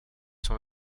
sont